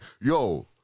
Yo